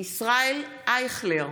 ישראל אייכלר,